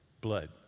Blood